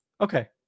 Okay